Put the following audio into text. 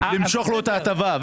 למשוך לו את ההטבה,